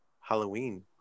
Halloween